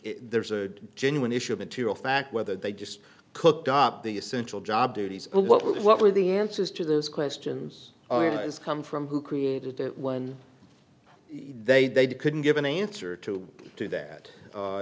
it there's a genuine issue of material fact whether they just cooked up the essential job duties what what were the answers to those questions is come from who created it when they they couldn't give an answer to do that